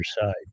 side